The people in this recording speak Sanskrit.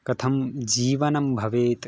कथं जीवनं भवेत्